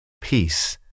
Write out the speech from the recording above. Peace